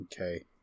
Okay